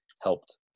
helped